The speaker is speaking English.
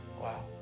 wow